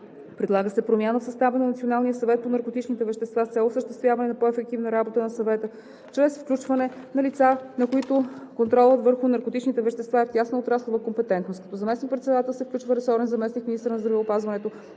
Предлага се промяна в състава на Националния съвет по наркотичните вещества с цел осъществяване на по-ефективна работа на Съвета чрез включване на лица, на които контролът върху наркотичните вещества е в тясната отраслова компетентност. Като заместник-председател се включва ресорен заместник-министър на здравеопазването